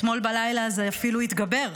אתמול בלילה זה אפילו התגבר,